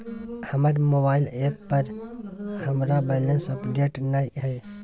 हमर mobile app पर हमरा बैलेंस अपडेट नय हय